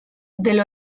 del